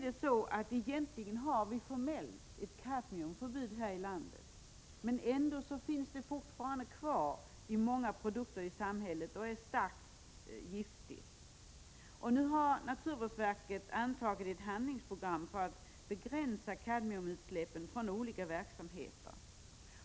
Det finns ett formellt kadmiumförbud i Sverige, men kadmium finns ändå kvar i många produkter i samhället, och det är ett starkt giftigt ämne. Nu har naturvårdsverket antagit ett handlingsprogram för att begränsa kadmiumutsläppen från olika verksamheter.